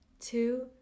two